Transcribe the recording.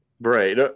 Right